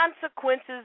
Consequences